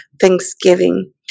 Thanksgiving